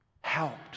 helped